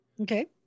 Okay